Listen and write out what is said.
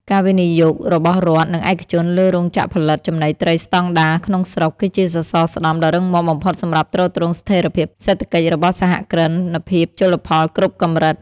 ការវិនិយោគរបស់រដ្ឋ និងឯកជនលើរោងចក្រផលិតចំណីត្រីស្ដង់ដារក្នុងស្រុក គឺជាសសរស្តម្ភដ៏រឹងមាំបំផុតសម្រាប់ទ្រទ្រង់ស្ថិរភាពសេដ្ឋកិច្ចរបស់សហគ្រិនភាពជលផលគ្រប់កម្រិត។